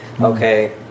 okay